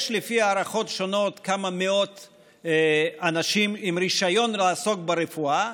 לפי הערכות שונות יש כמה מאות אנשים עם רישיון לעסוק ברפואה,